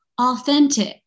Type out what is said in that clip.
authentic